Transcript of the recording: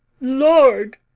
Lord